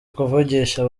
kuvugisha